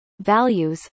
values